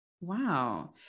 Wow